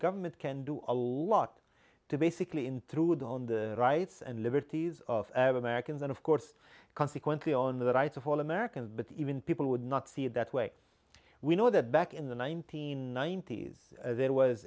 government can do a lot to basically intrude on the rights and liberties of americans and of course consequently on the rights of all americans but even people would not see it that way we know that back in the nineteen ninety's there was